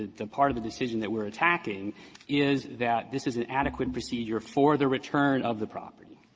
the part of the decision that we're attacking is that this is an adequate procedure for the return of the property.